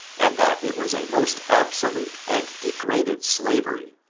and that it was a most absolute and degraded slavery,